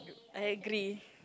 I agree